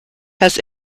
has